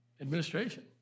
administration